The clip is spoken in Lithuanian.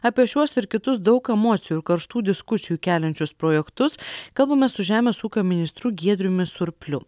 apie šiuos ir kitus daug emocijų ir karštų diskusijų keliančius projektus kalbamės su žemės ūkio ministru giedriumi surpliu